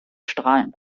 strahlend